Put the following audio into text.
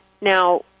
Now